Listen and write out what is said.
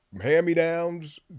hand-me-downs